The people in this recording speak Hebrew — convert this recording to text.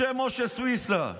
בשם משה סוויסה.